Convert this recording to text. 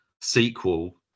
sequel